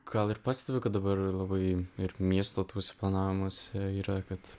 gal ir pastebiu kad dabar labai ir miesto suplanavimas yra kad